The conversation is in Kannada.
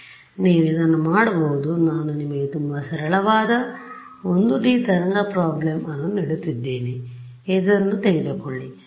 ಆದ್ದರಿಂದ ನೀವು ಇದನ್ನು ಮಾಡಬಹುದು ನಾನು ನಿಮಗೆ ತುಂಬಾ ಸರಳವಾದ 1 ಡಿ ತರಂಗ ಪ್ರೋಬ್ಲ್ ಅನ್ನು ನೀಡುತ್ತಿದ್ದೇನೆ ಇದು ತೆಗೆದುಕೊಳ್ಳಿ